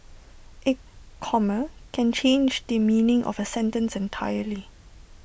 A comma can change the meaning of A sentence entirely